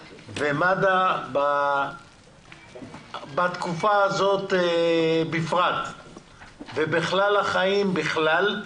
מד"א, בתקופה הזאת בפרט ובחיים בכלל,